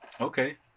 okay